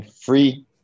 free